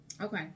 Okay